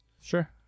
Sure